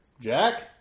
Jack